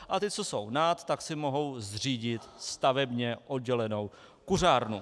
A ty, co jsou nad, si mohou zřídit stavebně oddělenou kuřárnu.